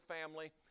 family